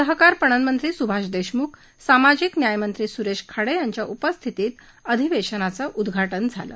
सहकार पणन मंत्री सुभाष देशमुख आणि सामाजिक न्याय मंत्री सुरेश खाडे यांच्या उपस्थितीत अधिवेशनाचं उद्घाटन झालं